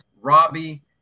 Robbie